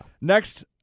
Next